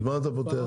אז מה אתה פותח?